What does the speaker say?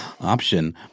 option